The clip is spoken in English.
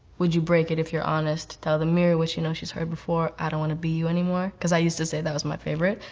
would you break it if you're honest, tell the mirror what you know she's heard before, i don't wanna be you anymore, cause i used to say that was my favorite.